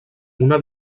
una